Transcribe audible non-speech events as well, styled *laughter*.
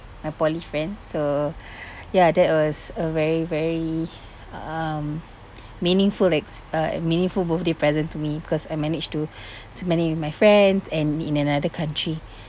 my poly friends so *breath* ya that was a very very um meaningful ex~ uh meaningful birthday present to me because I managed to *breath* celebrate with my friends and in another country